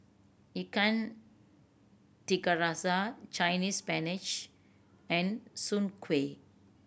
Ikan Tiga Rasa Chinese Spinach and Soon Kueh